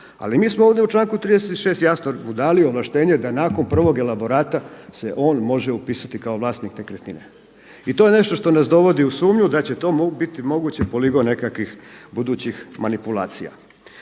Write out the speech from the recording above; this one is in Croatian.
Ali mi smo ovdje u članku 36. jasno mu dali ovlaštenje da nakon prvog elaborata se on može upisati kao vlasnik nekretnine. I to je nešto što nas dovodi u sumnju da će to biti mogući poligon nekakvih budućih manipulacija.